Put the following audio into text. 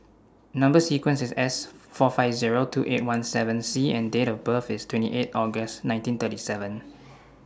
Number sequence IS S four five Zero two eight one seven C and Date of birth IS twenty eight August nineteen thirty seven